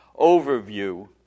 overview